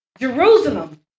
Jerusalem